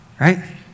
right